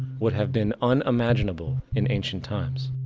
would have been unimaginable in ancient times.